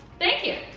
thank you.